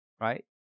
Right